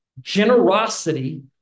generosity